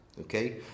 Okay